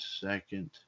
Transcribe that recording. second